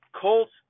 Colts